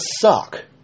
suck